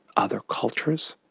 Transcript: other cultures,